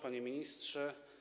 Panie Ministrze!